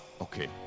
okay